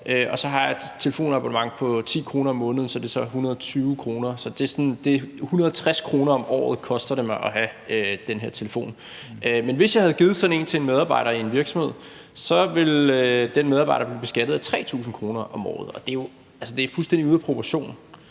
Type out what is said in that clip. og så har jeg et telefonabonnement på 10 kr. om måneden, og det er så 120 kr. Så det er 160 kr. om året, det koster mig at have den telefon. Men hvis jeg havde givet sådan en til en medarbejder i en virksomhed, ville den medarbejder blive beskattet af 3.000 kr. om året, og det er fuldstændig ude af proportioner.